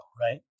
Right